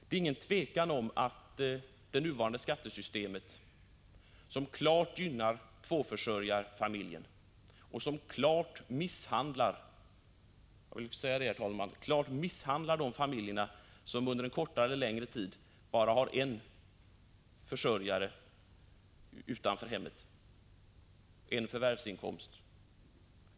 Det är inget tvivel om att det nuvarande skattesystemet klart gynnar tvåförsörjarfamiljer och klart misshandlar — jag vill säga det, herr talman — de familjer som under kortare eller längre tid har bara en försörjare utanför hemmet, med en förvärvsinkomst.